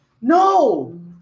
no